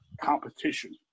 competition